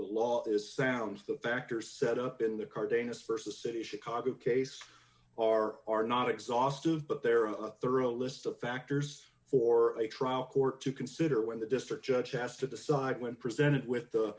the law is sounds the factor set up in the cardenas versus city chicago case are are not exhaustive but there are a thorough list of factors for a trial court to consider when the district judge has to decide when presented with